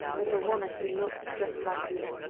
of the woman who looked just like me,